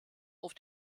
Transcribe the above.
auf